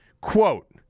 Quote